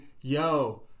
Yo